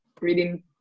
reading